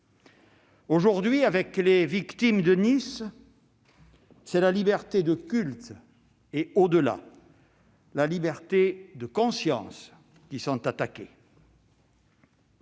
Aujourd'hui, avec les victimes de Nice, c'est la liberté de culte et, au-delà, la liberté de conscience qui sont attaquées.